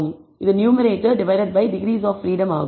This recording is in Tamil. இது numerator divided by degrees of freedom ஆகும்